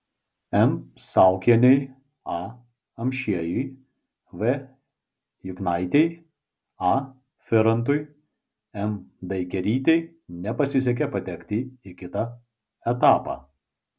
n saukienei a amšiejui v juknaitei a firantui m daikerytei nepasisekė patekti į kitą etapą